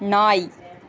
நாய்